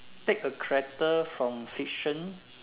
take a character from fiction